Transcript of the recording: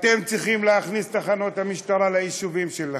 אתם צריכים להכניס תחנות משטרה ליישובים שלכם.